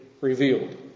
revealed